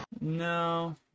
No